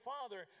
Father